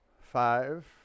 Five